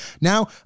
now